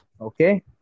Okay